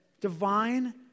divine